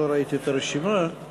נשיא המדינה (תיקון מס' 9)